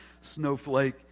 snowflake